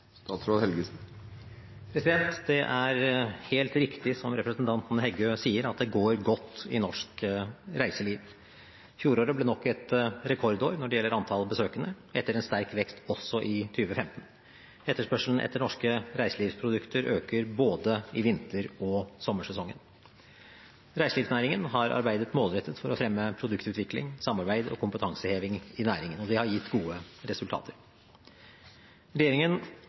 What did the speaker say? Det er helt riktig som representanten Heggø sier, at det går godt i norsk reiseliv. Fjoråret ble nok et rekordår når det gjelder antall besøkende, etter en sterk vekst også i 2015. Etterspørselen etter norske reiselivsprodukter øker i både vinter- og sommersesongen. Reiselivsnæringen har arbeidet målrettet for å fremme produktutvikling, samarbeid og kompetanseheving i næringen. Det har gitt gode resultater. Regjeringen